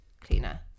cleaner